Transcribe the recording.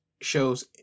shows